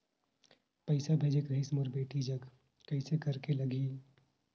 पइसा भेजेक रहिस मोर बेटी जग कइसे करेके लगही?